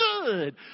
good